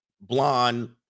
blonde